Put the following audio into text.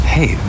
Hey